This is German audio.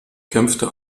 kämpfte